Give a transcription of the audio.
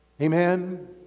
Amen